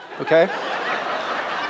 okay